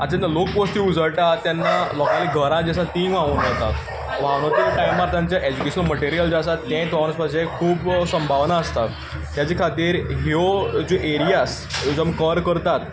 आनी जेन्ना लोकवसती उजळटा तेन्ना लोकांची घरां जी आसा तीं व्हांवून वतात व्हांवून वता त्या टायमार तेंचें एज्युकेशनल मटिरियल जें आसा तें व्हांवून वचपाचें खूब संभावना आसतात ताचे खातीर ह्यो ज्यो एरियाज एकदम कव्हर करतात